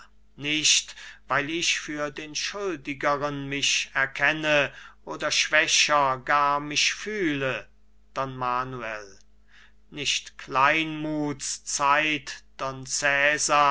nicht weil ich für den schuldigeren mich erkenne oder schwächer gar mich fühle don manuel nicht kleinmuths zeiht